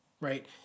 Right